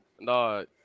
no